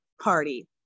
party